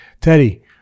Teddy